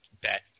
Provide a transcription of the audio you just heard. bet